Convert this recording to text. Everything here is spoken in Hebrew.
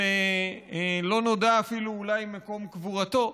ואולי אפילו לא נודע מקום קבורתו.